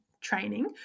training